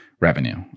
revenue